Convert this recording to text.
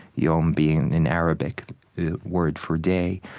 yom being an arabic word for day,